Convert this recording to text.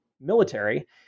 military